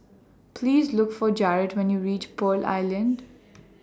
Please Look For Jarrett when YOU REACH Pearl Island